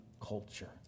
culture